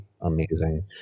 amazing